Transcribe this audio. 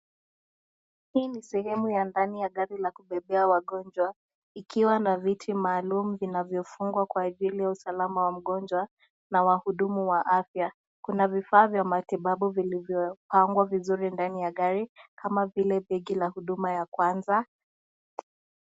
Hii ni sehemu ya ndani ya gari la kubeba wagonjwa ikiwa na viti maalum vinavyofungwa kwa ajili ya usalama wa mgonjwa na wahudumu wa afya. Kuna vifaa vya matibabu vilivyopangwa vizuri ndani ya gari kama vile begi la huduma ya kwanza.